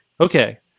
Okay